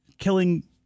Killing